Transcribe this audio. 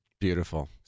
beautiful